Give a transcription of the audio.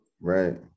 right